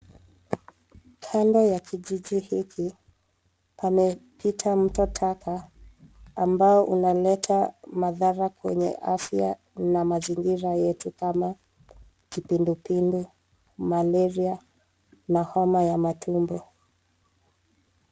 Kando ya kijiji hiki, pamepita mto taka ambao unaleta madhara kwenye afya na mazingira yetu kama kipindupindu, malaria na homa ya matumbo.